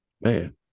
man